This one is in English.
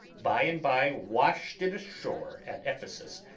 by and by washed it ashore at ephesus,